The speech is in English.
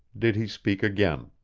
did he speak again.